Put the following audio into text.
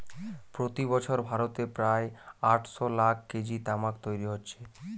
প্রতি বছর ভারতে প্রায় আটশ লাখ কেজি তামাক তৈরি হচ্ছে